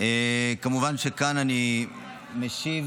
כמובן שכאן אני משיב